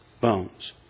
bones